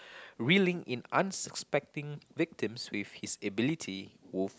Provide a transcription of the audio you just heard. reeling in unsuspecting victims with his ability wolf